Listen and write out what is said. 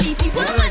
people